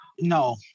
No